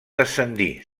descendir